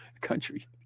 country